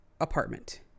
apartment